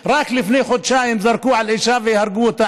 רק לפני חודשיים זרקו על אישה והרגו אותה,